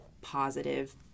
positive